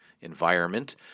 environment